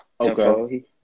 Okay